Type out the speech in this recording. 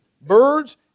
birds